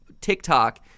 TikTok